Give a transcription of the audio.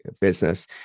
business